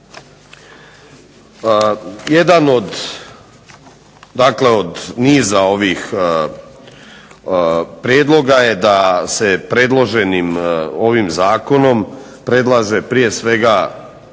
dakle od niza ovih prijedloga je da se predloženim ovim zakonom predlaže prije svega